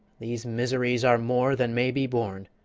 these miseries are more than may be borne.